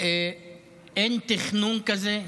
אין תכנון כזה.